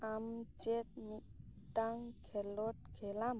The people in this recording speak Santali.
ᱟᱢ ᱪᱮᱫ ᱢᱤᱫᱴᱟᱝ ᱠᱷᱮᱞᱳᱰ ᱠᱷᱮᱞᱟᱢ